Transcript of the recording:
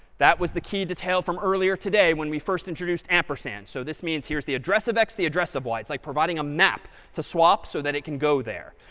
that was the key detail from earlier today when we first introduced ampersand. so this means, here's the address of x, the address of y. it's like providing a map to swap so that it can go there.